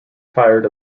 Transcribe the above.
tired